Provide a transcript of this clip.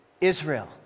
israel